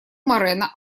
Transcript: морено